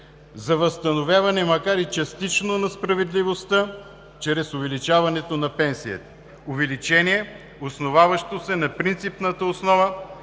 за възстановяване, макар и частично, на справедливостта чрез увеличаване на пенсиите – увеличение, основаващо се на принципната основа